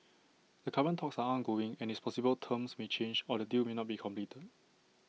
the current talks are ongoing and it's possible terms may change or the deal may not be completed